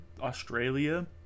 Australia